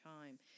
time